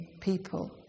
people